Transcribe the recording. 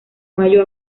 mayo